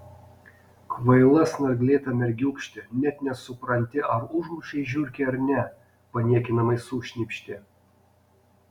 kvaila snarglėta mergiūkšte net nesupranti ar užmušei žiurkę ar ne paniekinamai sušnypštė